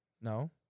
No